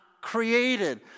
created